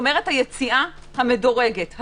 כלומר היציאה המדורגת,